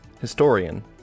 Historian